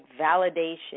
validation